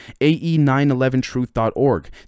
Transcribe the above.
ae911truth.org